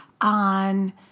on